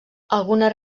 algunes